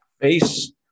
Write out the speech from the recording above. Face